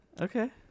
okay